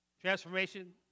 Transformation